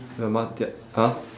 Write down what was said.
the mu~ their !huh!